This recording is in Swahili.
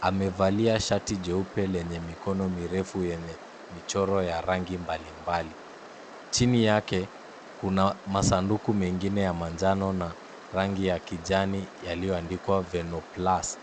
amevalia shati jeupe lenye mikono mirefu yenye michoro ya rangi mbalimbali. Chini yake, kuna masanduku mengine ya manjano na rangi ya kijani yaliyoandikwa Venoplast.